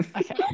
Okay